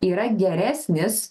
yra geresnis